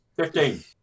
Fifteen